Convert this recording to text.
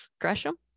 Gresham